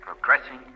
progressing